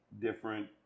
different